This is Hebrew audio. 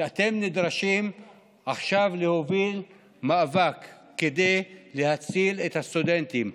אתם נדרשים עכשיו להוביל מאבק כדי להציל את הסטודנטים.